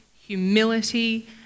humility